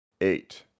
eight